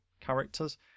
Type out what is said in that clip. characters